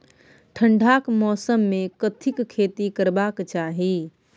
ठंडाक मौसम मे कथिक खेती करबाक चाही?